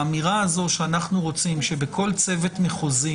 האמירה הזאת שאנחנו רוצים שבכל צוות מחוזי